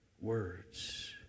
words